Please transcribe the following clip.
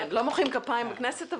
לא מוחאים כפיים בכנסת,